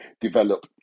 develop